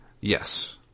Yes